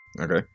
Okay